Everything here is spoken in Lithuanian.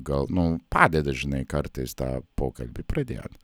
gal nu padeda žinai kartais tą pokalbį pradėt